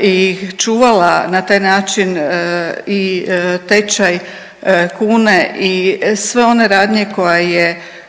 i čuvala na taj način i tečaj kune i sve one radnje koje je